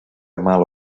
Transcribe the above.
mala